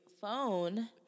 phone